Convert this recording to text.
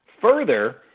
further